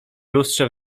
lustrze